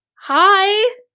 hi